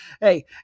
hey